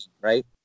right